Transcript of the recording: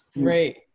Great